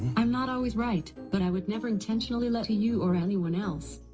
i'm not always right, but i would never intentionally lie to you or anyone else.